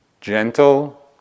gentle